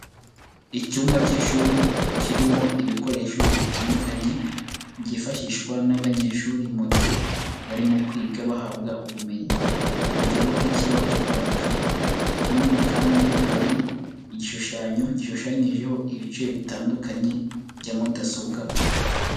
Icyumba cy'ishuri kirimo ibikoresho bitandukanye byifashishwa n'abanyeshuri mu gihe barimo kwiga bahabwa ubumenyi, urugero nk'ikibaho cyo kwandikaho na none kandi hari igishushanyo gishushanyijeho ibice bitandukanye bya mudasobwa.